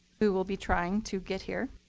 who will be trying to get here,